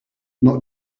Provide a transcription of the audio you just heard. not